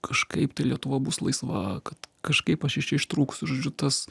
kažkaip tai lietuva bus laisva kad kažkaip aš iš čia ištrūksiu žodžiu tas